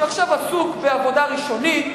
שעכשיו עסוק בעבודה ראשונית,